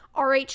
RH